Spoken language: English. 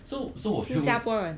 so so 我 feel